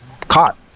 caught